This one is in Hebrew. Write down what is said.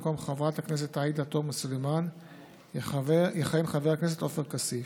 במקום חברת הכנסת עאידה תומא סלימאן יכהן חבר הכנסת עופר כסיף.